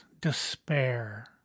despair